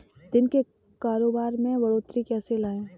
दिन के कारोबार में बढ़ोतरी कैसे लाएं?